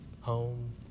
home